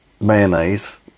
mayonnaise